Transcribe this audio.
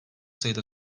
sayıda